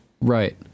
Right